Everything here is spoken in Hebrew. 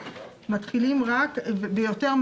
הוא יכול להגיד: אני לא מכבד את ההסכם כי זה לא מחלה,